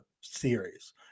series